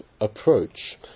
approach